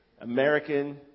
American